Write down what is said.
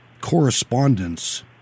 correspondence